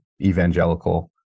evangelical